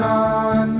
on